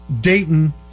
Dayton